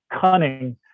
cunning